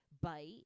bite